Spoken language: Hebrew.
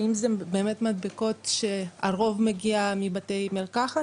האם זה באמת מדבקות שהרוב מגיע מבתי מרקחת,